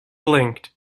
blinked